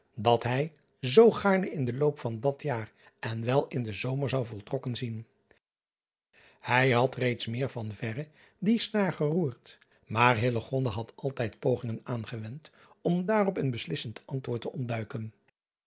dat hij zoo gaarne in den loop van dat jaar en wel in den zomer zou voltrokken zien ij had reeds meer van verre die snaar geroerd maar had altijd pogingen aangewend om daarop een beslissend antwoord te ontduiken